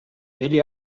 ele